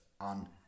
on